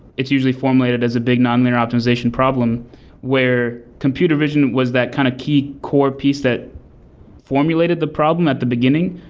it's usually formulated as a big nonlinear optimization problem where computer vision was that kind of key core piece that formulated the problem at the beginning.